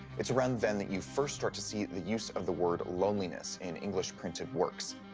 it's around then that you first start to see the use of the word loneliness in english printed works.